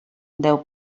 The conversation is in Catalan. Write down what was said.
deu